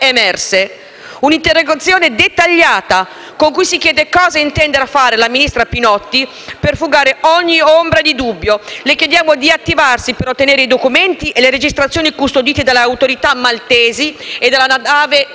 Un'interrogazione dettagliata con cui si chiede cosa intenda fare la ministra Pinotti per fugare ogni ombra di dubbio. Le chiediamo di attivarsi per ottenere i documenti e le registrazioni custoditi dalle autorità maltesi e dalla nave Libra,